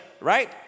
right